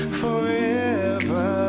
forever